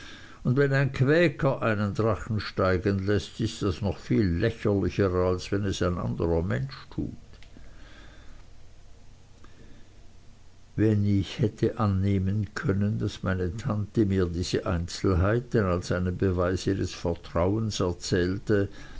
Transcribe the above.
und wenn ein quäker einen drachen steigen läßt ist das noch viel lächerlicher als wenn es ein anderer mensch tut wenn ich hätte annehmen können daß meine tante mir diese einzelheiten als einen beweis ihres vertrauens erzählte